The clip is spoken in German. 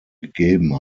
gegeben